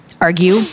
argue